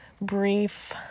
brief